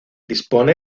dispone